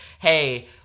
hey